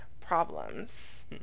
problems